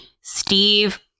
Steve